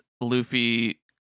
Luffy